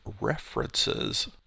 references